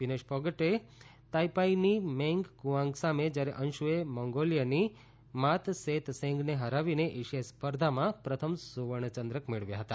વિનેશ પોગટે તાઈપાઈનીની Meng Kuang સામે જ્યારે અંશુએ મોંગોલિયાની માતસેતસેગને હરાવીને ઐશિયાઈ સ્પર્ધામાં પ્રથમ સુવર્ણ ચંદ્રક મેળવ્યા હતા